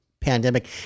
pandemic